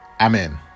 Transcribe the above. Amen